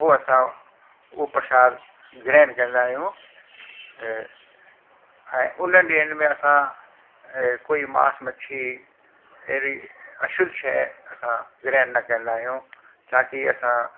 पोइ असां उहो प्रशाद ग्रहण कंदा आहियूं ऐं उन ॾींहंनि में असां कोई मास मच्छी अहिड़ी अशुद्ध शइ असां ग्रहण न कंदा आहियूं ताकी असां